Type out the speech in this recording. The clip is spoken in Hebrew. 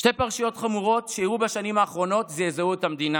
שתי פרשיות חמורות שאירעו בשנים האחרונות זעזעו את המדינה.